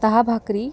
दहा भाकरी